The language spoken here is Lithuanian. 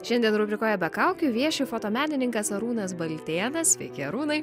šiandien rubrikoje be kaukių vieši fotomenininkas arūnas baltėnas sveiki arūnai